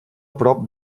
prop